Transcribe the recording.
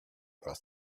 asked